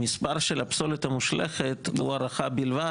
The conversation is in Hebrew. המספר של הפסולת המושלכת הוא הערכה בלבד,